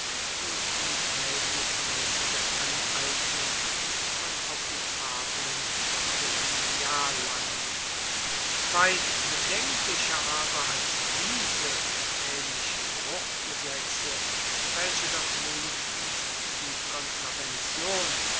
und unverhaeltnismaessige aneignung von okkupablem domanialland weit bedenklicher aber als diese und aehnliche bruchgesetze welche doch wenigstens die kontravention